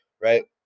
right